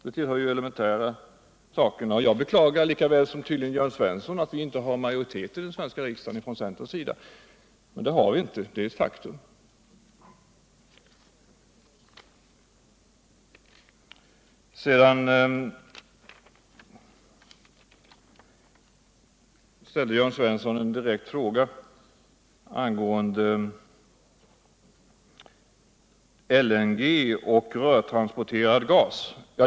Det tillhör det elementära. Jag beklagar lika väl som tydligen Jörn Svensson att centern inte har majoritet i den svenska riksdagen. Jörn Svensson ställde en direkt fråga angående LNG och rörtransporterad gas.